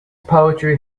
poetry